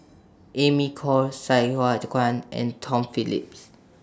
Amy Khor Sai Hua Kuan and Tom Phillips